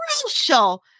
crucial